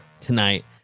tonight